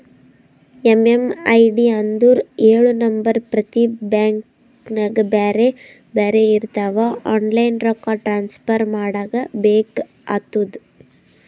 MMID ಅಂದುರ್ ಎಳು number ಪ್ರತಿ ಬ್ಯಾಂಕ್ಗ ಬ್ಯಾರೆ ಬ್ಯಾರೆ ಇರ್ತಾವ್ ಆನ್ಲೈನ್ ರೊಕ್ಕಾ ಟ್ರಾನ್ಸಫರ್ ಮಾಡಾಗ ಬೇಕ್ ಆತುದ